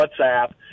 whatsapp